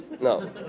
No